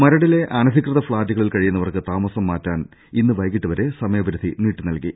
മരടിലെ അനധികൃത ഫ്ളാറ്റുകളിൽ കഴിയുന്നവർക്ക് താമസം മാറ്റാൻ ഇന്ന് വൈകിട്ടുവരെ സ്യമയപരിധി നീട്ടി നൽകി